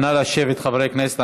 נא לשבת, חברי הכנסת.